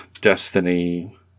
destiny